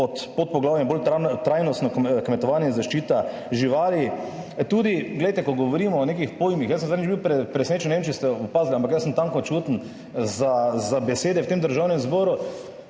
pod podpoglavjem Bolj trajnostno kmetovanje in zaščita živali. Tudi, glejte, ko govorimo o nekih pojmih, jaz sem zadnjič bil presenečen, ne vem, če ste opazili, ampak jaz sem tankočuten za besede v tem Državnem zboru,